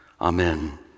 Amen